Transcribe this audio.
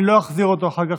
אני לא אחזיר אותו אחר כך,